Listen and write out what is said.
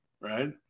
right